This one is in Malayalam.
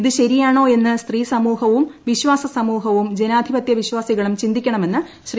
ഇത് ശരിയാണോയെന്ന് സ്ത്രീ സമൂഹവും വിശ്വാസ സമൂഹവും ജനാധിപത്യ വിശ്വാസികളും ചിന്തിയ്ക്കണമെന്ന് ശ്രീ